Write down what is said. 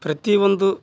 ಪ್ರತಿಯೊಂದು